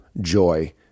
joy